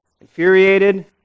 infuriated